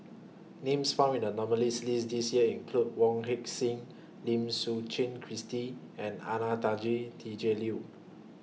Names found in The nominees' list This Year include Wong Heck Sing Lim Suchen Christine and Anastasia Tjendri Liew